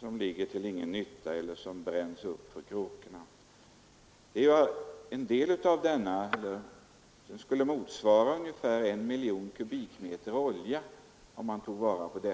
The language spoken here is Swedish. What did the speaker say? som ligger vid sågverken till ingen nytta, eller eldas upp för kråkorna. Den skulle motsvara ungefär 1 miljon m? olja, om man tog vara på den.